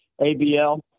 ABL